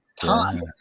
time